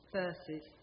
verses